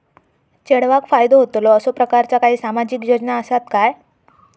चेडवाक फायदो होतलो असो प्रकारचा काही सामाजिक योजना असात काय?